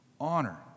Honor